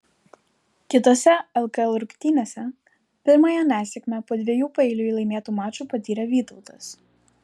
kitose lkl rungtynėse pirmąją nesėkmę po dviejų paeiliui laimėtų mačų patyrė vytautas